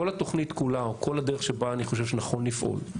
כל התוכנית כולה או כל הדרך שבה אני חושב שנכון לפעול,